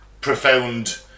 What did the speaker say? profound